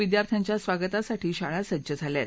विद्यार्थ्यांच्या स्वागतासाठी शाळा सज्ज झाल्या आहेत